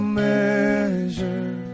measure